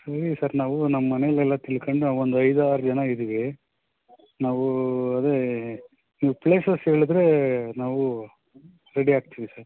ಅದೆ ಸರ್ ನಾವು ನಮ್ಮ ಮನೇಲಿ ಎಲ್ಲ ತಿಳ್ಕೊಂಡು ನಾವೊಂದು ಐದು ಆರು ಜನ ಇದ್ದೀವಿ ನಾವು ಅದೆ ನೀವು ಪ್ಲೇಸಸ್ ಹೇಳಿದ್ರೆ ನಾವು ರೆಡಿ ಆಗ್ತಿವಿ ಸರ್